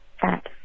fat